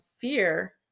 fear